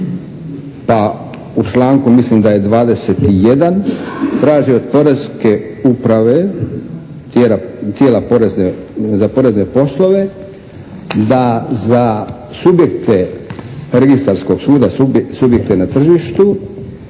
Pa u članku mislim da je 21. traži od poreske uprave, tijela za porezne poslove, da za subjekte registarskog suda, subjekte na tržištu